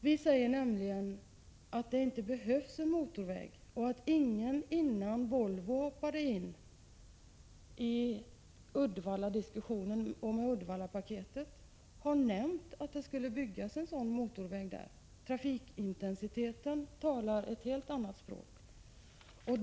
Vi säger nämligen att det inte behövs en motorväg och att ingen innan Volvo hoppade in i diskussionen om Uddevallapaketet har nämnt att det skulle byggas en sådan motorväg som nu föreslås. Trafikintensiteten talar ett helt annat språk.